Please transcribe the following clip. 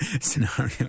scenario